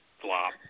flop